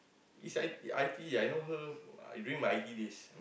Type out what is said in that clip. he's I T I_T_E I know her during my I_T_E days